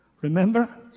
Remember